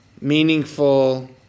meaningful